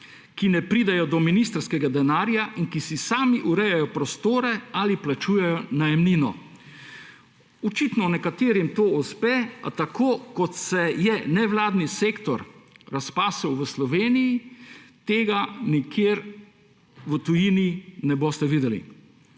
ki ne pridejo do ministrskega denarja in ki si same urejajo prostore ali plačujejo najemnino. Očitno nekaterim to uspe, a tako kot se je nevladni sektor razpasel v Sloveniji, tega nikjer v tujini ne boste videli.